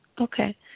Okay